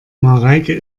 mareike